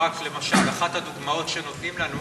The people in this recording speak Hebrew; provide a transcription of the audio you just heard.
אחת הדוגמאות שנותנים לנו